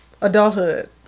Adulthood